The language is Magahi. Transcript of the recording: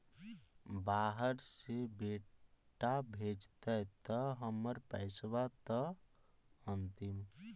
बाहर से बेटा भेजतय त हमर पैसाबा त अंतिम?